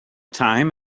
time